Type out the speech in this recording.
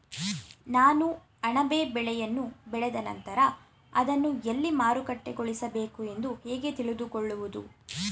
ನಾನು ಅಣಬೆ ಬೆಳೆಯನ್ನು ಬೆಳೆದ ನಂತರ ಅದನ್ನು ಎಲ್ಲಿ ಮಾರುಕಟ್ಟೆಗೊಳಿಸಬೇಕು ಎಂದು ಹೇಗೆ ತಿಳಿದುಕೊಳ್ಳುವುದು?